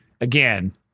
again